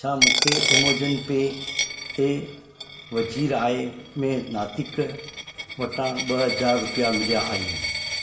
छा मूंखे ऐमजॉन पे ते वेझिराई में नातिक़ वटां ॿ हज़ार रुपिया मिलिया आहिनि